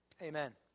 Amen